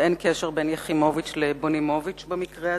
ואין קשר משפחתי בין יחימוביץ לבונימוביץ במקרה הזה.